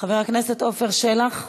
חבר הכנסת עפר שלח,